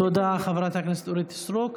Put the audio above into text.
תודה, חברת הכנסת אורית סטרוק.